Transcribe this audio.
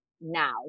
now